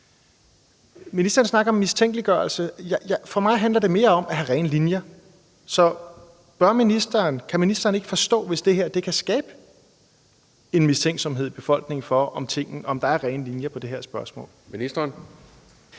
Ministeren snakker om mistænkeliggørelse, men for mig handler det mere om at have rene linjer. Så kan ministeren ikke forstå, hvis det her kan skabe en mistænksomhed i befolkningen om, om der er rene linjer i det her spørgsmål? Kl.